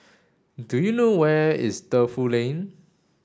do you know where is Defu Lane